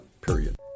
period